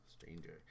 Stranger